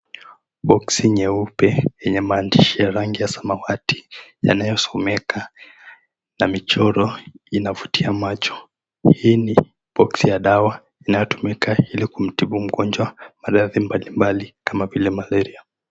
Boxi nyeupe yenye maandishi ya rangi ya samawati yanayosomeka na michoro inavutia macho. Hii ni boxi ya dawa inayotumika ili kumtibu mgonjwa maradhi mbali mbali kama vile malaria.